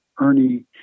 Ernie